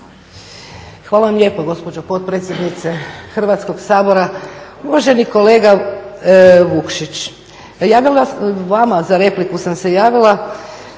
Hvala vam lijepo gospođo potpredsjednice Hrvatskog sabora. Uvaženi kolega Vukšić, vama za repliku sam se javila